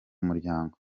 muryango